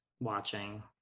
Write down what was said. Watching